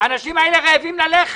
האנשים האלה רעבים ללחם.